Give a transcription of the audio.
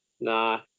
Nah